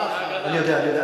אז נכון שאבו מאזן לא רוצה.